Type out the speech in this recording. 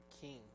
king